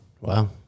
Wow